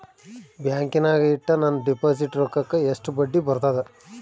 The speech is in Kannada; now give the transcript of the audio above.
ಬ್ಯಾಂಕಿನಾಗ ಇಟ್ಟ ನನ್ನ ಡಿಪಾಸಿಟ್ ರೊಕ್ಕಕ್ಕ ಎಷ್ಟು ಬಡ್ಡಿ ಬರ್ತದ?